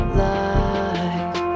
light